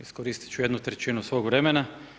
Iskoristit ću jednu trećinu svog vremena.